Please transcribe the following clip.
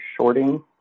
shorting